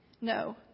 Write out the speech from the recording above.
No